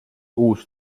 uus